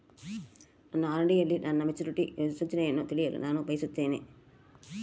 ನನ್ನ ಆರ್.ಡಿ ಯಲ್ಲಿ ನನ್ನ ಮೆಚುರಿಟಿ ಸೂಚನೆಯನ್ನು ತಿಳಿಯಲು ನಾನು ಬಯಸುತ್ತೇನೆ